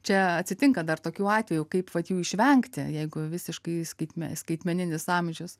čia atsitinka dar tokiu atveju kaip vat jų išvengti jeigu visiškai skaitme skaitmeninis amžius